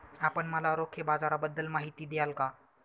आपण मला रोखे बाजाराबद्दल माहिती द्याल का?